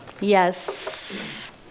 Yes